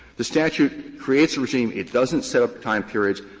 the statute creates a regime. it doesn't set up time periods.